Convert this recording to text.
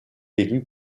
élu